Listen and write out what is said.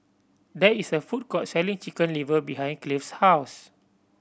there is a food court selling Chicken Liver behind Cleve's house